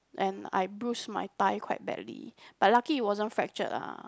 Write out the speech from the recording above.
and I bruised my thigh quite badly but lucky it wasn't fractured lah